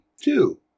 two